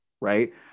Right